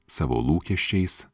savo lūkesčiais